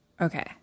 Okay